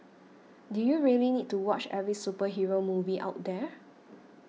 do you really need to watch every superhero movie out there